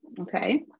Okay